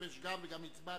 גם הצבעתי,